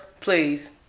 please